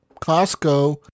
Costco